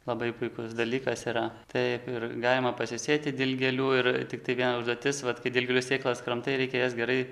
labai puikus dalykas yra taip ir galima pasisėti dilgėlių ir tiktai viena užduotis vat kai dilgėlių sėklas kramtai reikia jas gerai